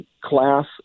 class